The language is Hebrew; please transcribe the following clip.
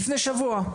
לפני שבוע.